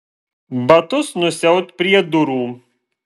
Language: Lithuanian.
batus nusiaut prie durų